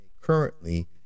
currently